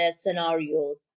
scenarios